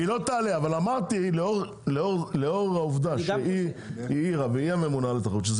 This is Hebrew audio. אמרתי שלאור העובדה שהממונה על התחרות העירה שזה